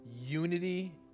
unity